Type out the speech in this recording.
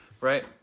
right